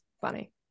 funny